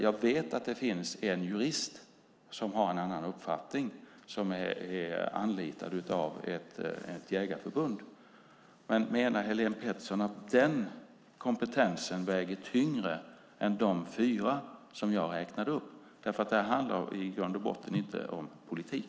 Jag vet att det finns en jurist som har en annan uppfattning och är anlitad av ett jägarförbund, men menar Helén Pettersson att denna kompetens väger tyngre än de fyra jag räknade upp? Detta handlar nämligen i grund och botten inte om politik.